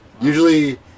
Usually